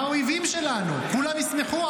האויבים שלנו, כולם ישמחו.